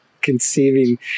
conceiving